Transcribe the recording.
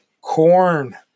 corn